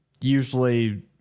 usually